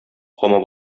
камап